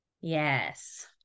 Yes